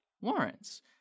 lawrence